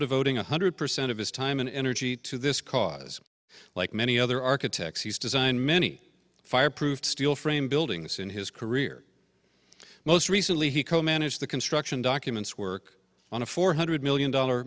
devoting one hundred percent of his time and energy to this cause like many other architects he's designed many fireproofed steel framed buildings in his career most recently he co managed the construction documents work on a four hundred million dollar